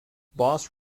boss